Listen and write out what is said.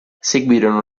seguirono